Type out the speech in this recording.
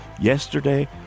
Yesterday